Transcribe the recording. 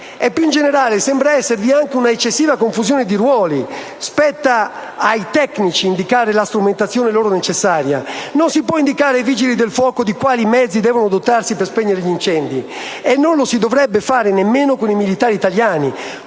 Più in generale, sembra esservi un'eccessiva confusione di ruoli; spetta ai tecnici indicare la strumentazione loro necessaria. Non si possono indicare ai Vigili del fuoco i mezzi di cui devono dotarsi per spegnere gli incendi e non lo si dovrebbe fare nemmeno con i militari italiani.